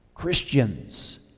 Christians